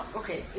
okay